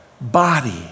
body